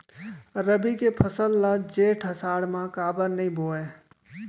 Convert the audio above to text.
रबि के फसल ल जेठ आषाढ़ म काबर नही बोए?